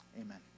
amen